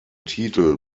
titel